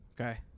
Okay